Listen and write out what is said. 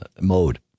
mode